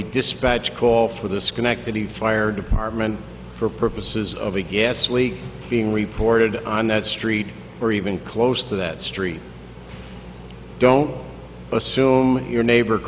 a dispatch call for the schenectady fire department for purposes of a gas leak being reported on that street or even close to that street don't assume your neighbor